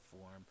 form